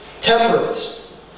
Temperance